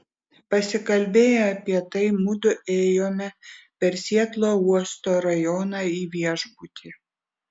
pasikalbėję apie tai mudu ėjome per sietlo uosto rajoną į viešbutį